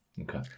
Okay